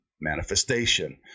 manifestation